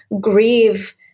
grieve